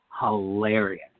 hilarious